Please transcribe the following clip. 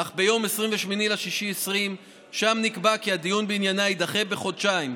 אך ב-28 ביוני 2020 נקבע כי הדיון בעניינה יידחה בחודשיים,